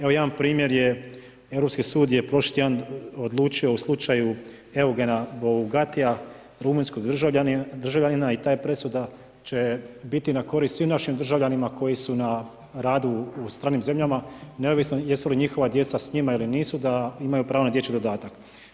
Evo, jedan primjer je, Europski sud je prošli sud odlučio u slučaju Eugena Bogatija, rumunjskog državljanina i ta je presuda će biti na korist svim našim državljanima koji su na radu u stranim zemljama neovisno jesu li njihova djeca s njima ili nisu, da imaju pravo na dječji dodatak.